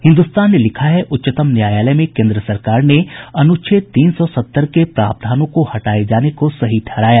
हिन्दुस्तान ने लिखा है उच्चतम न्यायालय में केंद्र सरकार ने अनुच्छेद तीन सौ सत्तर के प्रावधानों को हटाये जाने को सही ठहराया